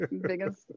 biggest